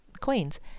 Queens